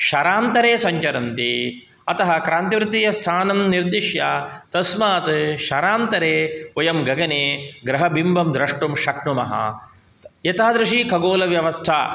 शरान्तरे सञ्चरन्ति अतः क्रान्तिवृत्तीयस्थानं निर्दिश्य तस्मात् शरान्तरे वयं गगने ग्रहबिम्बं द्रष्टुं शक्नुमः एतादृशी खगोलव्यवस्था